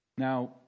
Now